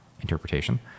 interpretation